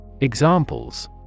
Examples